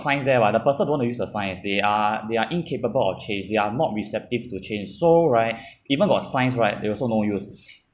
science there lah the person don't wanna use the science they are they are incapable of change they are not receptive to change so right even got science right they also no use